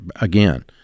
again